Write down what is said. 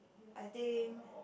I think